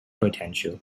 potential